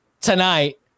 tonight